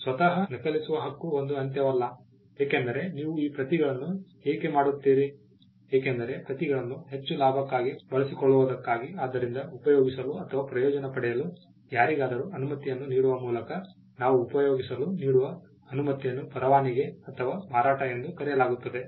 ಸ್ವತಃ ನಕಲಿಸುವ ಹಕ್ಕು ಒಂದು ಅಂತ್ಯವಲ್ಲ ಏಕೆಂದರೆ ನೀವು ಈ ಪ್ರತಿಗಳನ್ನು ಏಕೆ ಮಾಡುತ್ತೀರಿ ಏಕೆಂದರೆ ಪ್ರತಿಗಳನ್ನು ಹೆಚ್ಚು ಲಾಭಕ್ಕಾಗಿ ಬಸುಕೊಳ್ಳುವುದಕ್ಕಾಗಿ ಆದ್ದರಿಂದ ಉಪಯೋಗಿಸಲು ಅಥವಾ ಪ್ರಯೋಜನ ಪಡೆಯಲು ಯಾರಿಗಾದರೂ ಅನುಮತಿಯನ್ನು ನೀಡುವ ಮೂಲಕ ನಾವು ಉಪಯೋಗಿಸಲು ನೀಡುವ ಅನುಮತಿಯನ್ನು ಪರವಾನಗಿ ಅಥವಾ ಮಾರಾಟದ ಎಂದು ಕರೆಯಲಾಗುತ್ತದೆ